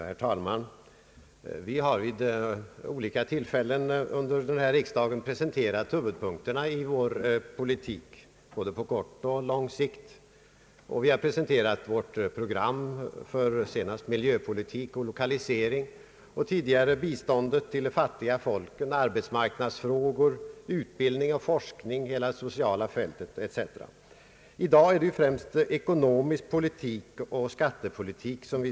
Herr talman! Vi har vid olika tillfällen under denna riksdag presenterat huvudpunkterna i vår politik, både på kort och på lång sikt. Vi har senast presenterat vårt program för miljöpolitik och lokalisering, tidigare för biståndet till de fattiga folken, arbetsmarknadsfrågor, utbildning, forskning, hela det sociala fältet etc. I dag skall vi främst behandla ekonomisk politik och skattepolitik.